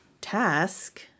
task